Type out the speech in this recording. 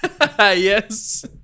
Yes